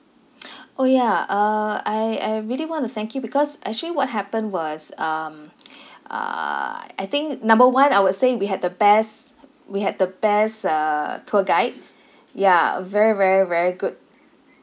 orh ya uh I I really want to thank you because actually what happened was um uh I think number one I would say we had the best we had the best uh tour guide ya a very very very good